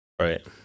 Right